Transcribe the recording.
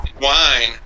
wine